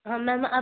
हाँ मैम आप